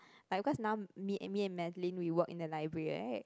like cause now me me and Madeline we work in the library [right]